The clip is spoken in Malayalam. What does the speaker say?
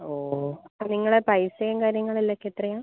ഓ നിങ്ങളുടെ പൈസയും കാര്യങ്ങൾ എല്ലാം ഒക്കെ എത്രയാണ്